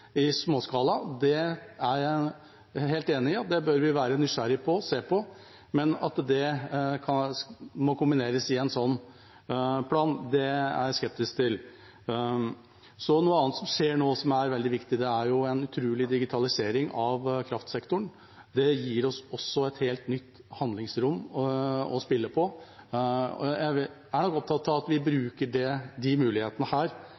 i småskala. Det er jeg helt enig i. Det bør vi være nysgjerrige på og se på, men at det må kombineres i en sånn plan, er jeg skeptisk til. Noe annet som skjer nå, som er veldig viktig, er en utrolig digitalisering av kraftsektoren. Det gir oss et helt nytt handlingsrom å spille på. Jeg er opptatt av at vi nå bruker disse mulighetene